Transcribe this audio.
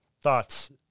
Thoughts